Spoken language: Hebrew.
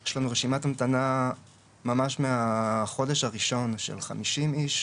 יש לנו רשימת המתנה ממש מהחודש הראשון של חמישים איש,